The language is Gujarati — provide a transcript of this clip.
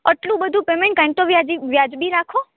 આટલું બધું પેમેન્ટ કાંઇક તો વ્યાજબી રાખો